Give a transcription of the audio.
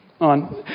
on